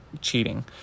cheating